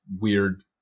weird